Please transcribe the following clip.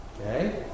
Okay